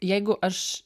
jeigu aš